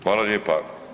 Hvala lijepa.